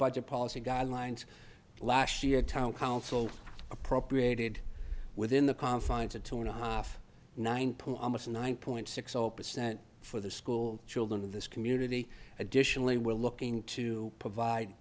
budget policy guidelines last year town council appropriated within the confines of two and a half nine point almost nine point six zero percent for the school children of this community additionally we're looking to provide